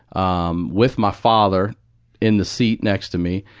um, with my father in the seat next to me,